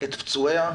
את פצועיה,